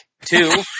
Two